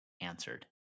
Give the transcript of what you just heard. answered